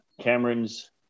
Cameron's